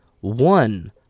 one